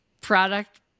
Product